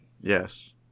Yes